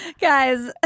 Guys